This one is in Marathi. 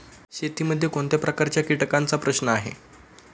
शेतीमध्ये कोणत्या प्रकारच्या कीटकांचा प्रश्न आहे?